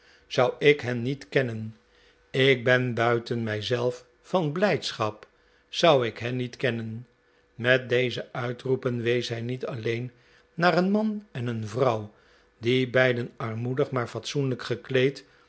zou ik hen niet kennen ik ben buiten mij zelf van blijdschap zou i k hen niet kennen met deze uitroepen wees hij niet alleen naar een man en een vrouw die beiden armoedig maar fatsoenlijk gekleed